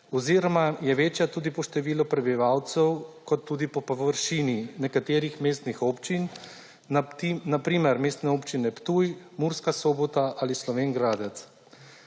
oziroma je večja tudi po številu prebivalcev kot tudi po površini nekaterih mestnih občin na primer Mestne Občine Ptuj, Murska Sobota ali Slovenj Gradec.